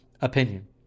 opinion